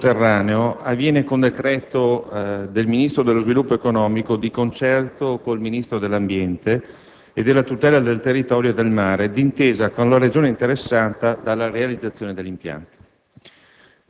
in sotterraneo avviene con decreto del Ministro dello sviluppo economico, di concerto con il Ministro dell'ambiente e della tutela del territorio e del mare, d'intesa con la Regione interessata dalla realizzazione dell'impianto.